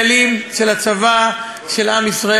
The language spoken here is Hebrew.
צריך לזכור שחיילי צה"ל הם חיילים של הצבא של עם ישראל,